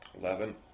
Eleven